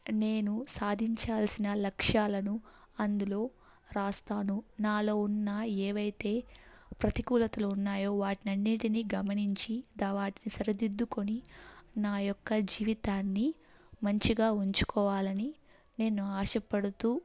నేను సాధించాల్సిన లక్ష్యాలను అందులో రాస్తాను నాలో ఉన్న ఏవైతే ప్రతికూలతలో ఉన్నాయో వాటినిన్నిటినీ గమనించి దా వాటిని సరిదిద్దుకొని నా యొక్క జీవితాన్ని మంచిగా ఉంచుకోవాలని నేను ఆశపడుతూ